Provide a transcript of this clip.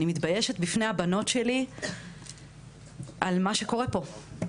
אני מתביישת בפני הבנות שלי על מה שקורה פה,